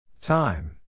Time